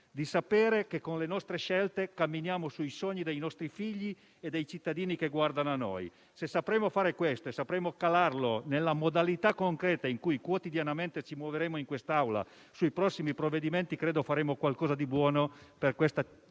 sapere che con le nostre scelte camminiamo sui sogni dei nostri figli e dei cittadini che guardano a noi. Se sapremo fare questo e sapremo calarlo nella modalità concreta in cui quotidianamente ci muoveremo in quest'Aula sui prossimi provvedimenti, credo faremo qualcosa di buono per questa nostra